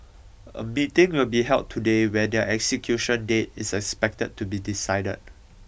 a meeting will be held today where their execution date is expected to be decided